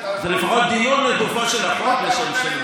זה לפחות דיון לגופו של החוק, לשם שינוי.